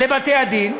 לבתי-הדין,